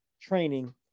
training